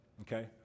okay